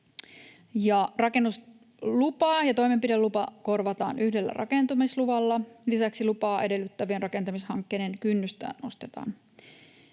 Rakennuslupa ja toimenpidelupa korvataan yhdellä rakentamisluvalla. Lisäksi lupaa edellyttävien rakentamishankkeiden kynnystä nostetaan.